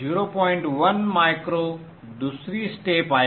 1 micro दुसरी step आहे